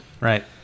Right